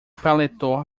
paletó